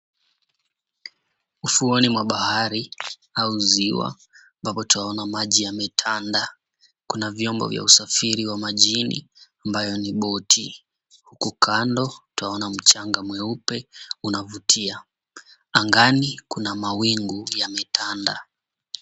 Ufuoni mwa bahari au ziwa ambapo twaona maji yametanda, kuna vyombo vya usafiri wa majini ambavyo ni boti, huku kando twaona mchanga mweupe unaovutia. Angani kuna mawingu yametanda.